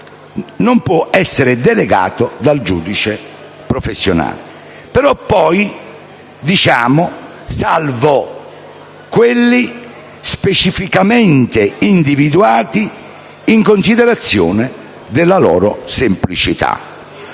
possono essere delegati dal giudice professionale. Tuttavia, poi diciamo: «salvo quelli specificamente individuati in considerazione della loro semplicità».